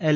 L